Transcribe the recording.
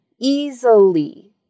easily